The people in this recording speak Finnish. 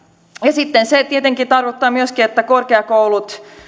sitten se tietenkin tarkoittaa myöskin sitä että korkeakoulut